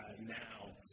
now